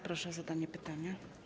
Proszę o zadanie pytania.